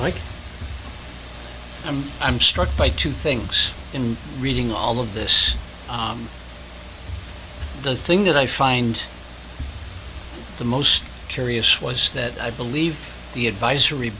ike i'm i'm struck by two things in reading all of this the thing that i find the most curious was that i believe the advisory